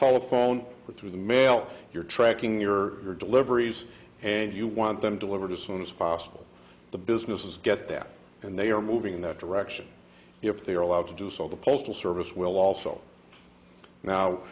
telephone with through the mail you're tracking your deliveries and you want them delivered as soon as possible the businesses get that and they are moving in that direction if they are allowed to do so the postal service will also now